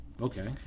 Okay